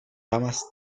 ramas